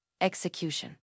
execution